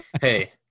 Hey